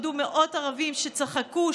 עמדו מאות ערבים שצחקו,